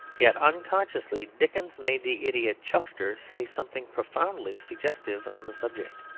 yet unconsciously dickens made the idiot chuckster say something profoundly suggestive on the subject.